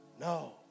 No